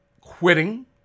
quitting